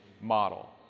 model